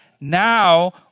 Now